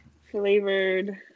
flavored